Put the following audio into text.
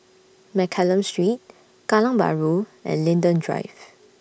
Mccallum Street Kallang Bahru and Linden Drive